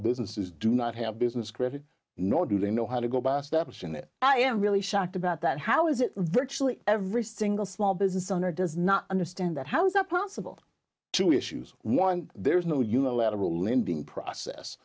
businesses do not have business credit nor do they know how to go back steps in it i am really shocked about that how is it virtually every single small business owner does not understand that how's that possible two issues one there is no unilateral lending process